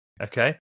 Okay